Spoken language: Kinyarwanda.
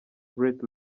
great